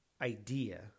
idea